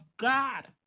God